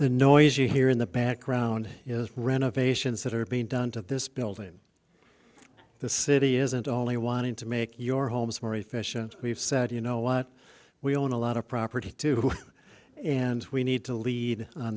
the noise you hear in the background is renovations that are being done to this building the city isn't all you wanting to make your homes for a fish and we've said you know what we own a lot of property too and we need to lead on